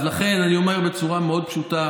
לכן אני אומר בצורה מאוד פשוטה,